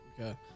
Okay